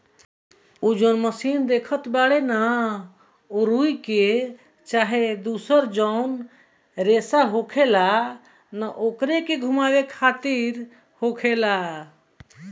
उ जौन मशीन देखत बाड़े न उ रुई के चाहे दुसर जौन रेसा होखेला न ओकरे के घुमावे खातिर होखेला